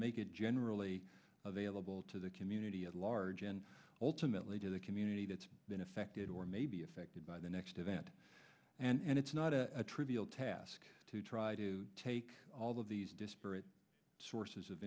make it generally available to the community at large and ultimately to the community that's been affected or may be affected by the next event and it's not a trivial task to try to take all of these disparate sources of